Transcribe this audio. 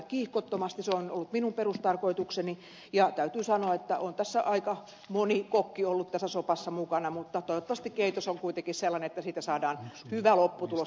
se on ollut minun perustarkoitukseni ja täytyy sanoa että on tässä sopassa aika moni kokki ollut mukana mutta toivottavasti keitos on kuitenkin sellainen että siitä saada hyvä lopputulos